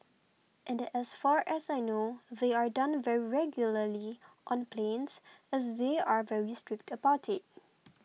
and as far as I know they are done very regularly on planes as they are very strict about it